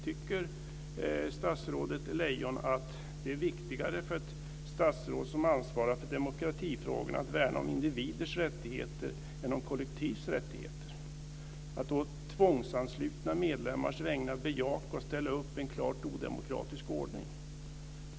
Tycker statsrådet Lejon att det är viktigare för ett statsråd som ansvarar för demokratifrågor att värna om individers rättigheter än om kollektivets rättigheter, att å tvångsanslutna medlemmars vägnar bejaka och ställa upp på en klart odemokratisk ordning?